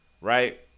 right